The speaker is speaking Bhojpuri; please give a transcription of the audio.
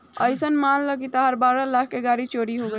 अइसन मान ल तहार बारह लाख के गाड़ी चोरी हो गइल